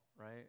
right